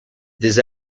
these